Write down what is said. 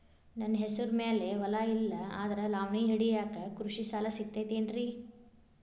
ನನ್ನ ಹೆಸರು ಮ್ಯಾಲೆ ಹೊಲಾ ಇಲ್ಲ ಆದ್ರ ಲಾವಣಿ ಹಿಡಿಯಾಕ್ ಕೃಷಿ ಸಾಲಾ ಸಿಗತೈತಿ ಏನ್ರಿ?